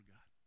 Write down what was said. God